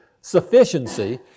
sufficiency